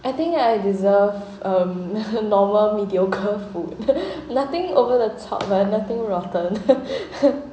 I think I deserve um normal mediocre food nothing over the top but nothing too rotten